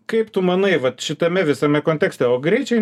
kaip tu manai vat šitame visame kontekste o greičiai